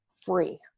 free